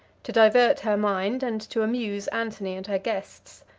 to divert her mind, and to amuse antony and her guests.